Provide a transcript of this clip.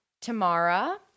Tamara